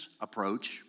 approach